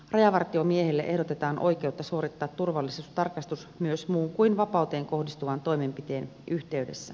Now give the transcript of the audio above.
rajavartiomiehille ehdotetaan oikeutta suorittaa turvallisuustarkastus myös muun kuin vapauteen kohdistuvan toimenpiteen yhteydessä